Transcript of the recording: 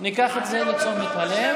ניקח את זה לתשומת הלב.